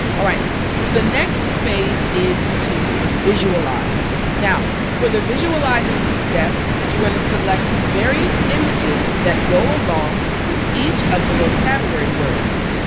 alright so the next phase is to visualize. now for the visualizing step you're gonna select various images that go along with each of the vocabulary words.